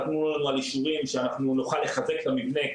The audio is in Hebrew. הם חתמו לנו על אישורים שאנחנו נוכל לחזק את המבנה,